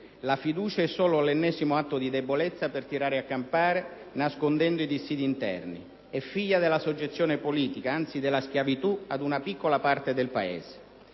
La fiducia è solo l'ennesimo atto di debolezza per tirare a campare, nascondendo i dissidi interni; è figlia della soggezione politica, anzi della schiavitù, a una piccola parte del Paese.